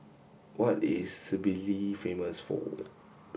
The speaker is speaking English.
what is Tbilisi famous for